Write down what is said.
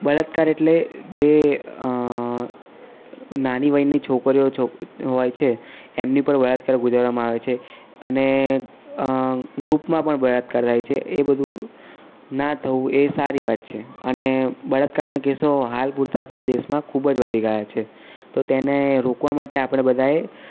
બળાત્કાર એટલે જે નાની વયની છોકરીઓ હોય છે એમની પર બળાત્કાર ગુજારવામાં આવે છે અને ગ્રુપમાં પણ બળાત્કાર થાય છે એ બધું ન થવું એ સારી વાત છે અને બળાત્કારના કેસો હાલ પૂરતા આપણા દેશમાં ખૂબ જ વધી ગયા છે તો તેને રોકવા માટે આપણે બધાએ